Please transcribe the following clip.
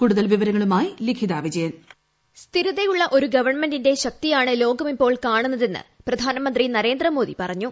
കൂടുതൽ വിവരങ്ങളുമായി ലിഖിത വിജയൻ വോയിസ് സ്ഥിരതയുള്ള ഒരു ഗവൺമെന്റിന്റെ ശക്തിയാണ് ലോകം ഇപ്പോൾ കാണുന്നതെന്ന് പ്രധാനമന്ത്രി നരേന്ദ്രമോദി പറഞ്ഞു